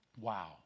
Wow